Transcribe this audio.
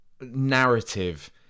narrative